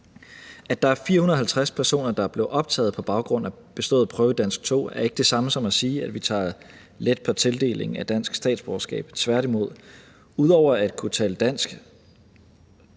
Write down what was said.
At der er 450 personer, der er blevet optaget på baggrund af bestået prøve i dansk 2, er ikke det samme som at sige, at vi tager let på tildelingen af dansk statsborgerskab, tværtimod. Ud over at kunne tale dansk